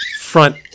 front